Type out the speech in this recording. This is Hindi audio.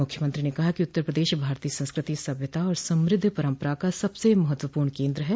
मुख्यमंत्री ने कहा कि उत्तर प्रदेश भारतीय संस्कृति सभ्यता और समृद्ध परम्परा का सबसे महत्वपूर्ण केन्द्र है